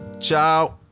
Ciao